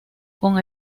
con